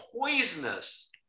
poisonous